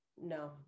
No